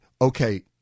okay